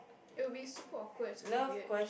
it will be super awkward super weird